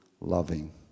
loving